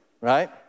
right